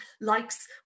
likes